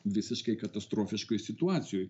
visiškai katastrofiškoj situacijoj